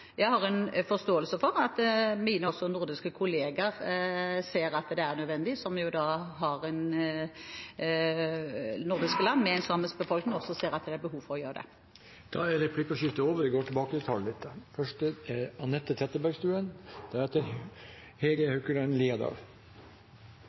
Jeg har en forståelse for at mine nordiske kollegaer ser at det er nødvendig, at de nordiske land med en samisk befolkning også ser at det er behov for å gjøre det. Da er replikkordskiftet over. Jeg vil også få lov til